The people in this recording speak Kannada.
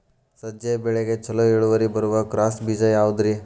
ಸಜ್ಜೆ ಬೆಳೆಗೆ ಛಲೋ ಇಳುವರಿ ಬರುವ ಕ್ರಾಸ್ ಬೇಜ ಯಾವುದ್ರಿ?